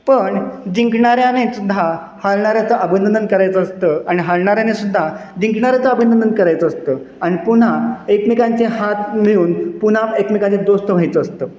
पण जिंकणाऱ्यानेसुद्धा हारणाऱ्याचं अभिनंदन करायचं असतं आणि हारणाऱ्यानेसुद्धा जिंकणाऱ्याचं अभिनंदन करायचं असतं आणि पुन्हा एकमेकांचे हात मिळवून पुन्हा एकमेकांचे दोस्त व्हायचं असतं